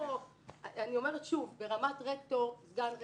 אני אומרת שוב, ברמת רקטור, סגן רקטור,